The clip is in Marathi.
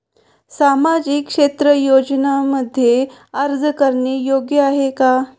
सामाजिक क्षेत्र योजनांमध्ये अर्ज करणे योग्य आहे का?